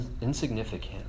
insignificant